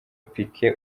piqué